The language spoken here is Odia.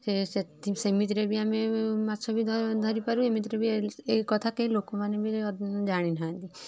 ସେ ସେଥି ସେମିତିରେ ବି ଆମେ ମାଛ ବି ଧରି ଧରିପାରୁ ଏମିତିରେ ଏକଥା କେହି ଲୋକମାନେ ବି ଜାଣି ନାହାନ୍ତି